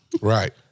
Right